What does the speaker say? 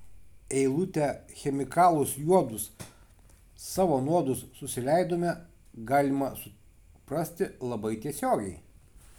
eilutę chemikalus juodus savo nuodus susileidome galima suprasti labai tiesiogiai